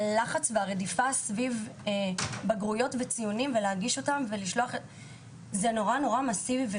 הלחץ והרדיפה סביב בגרויות וציונים הם מאוד מאוד מסיבים.